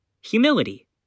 humility